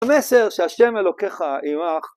המסר שהשם אלוקיך עימך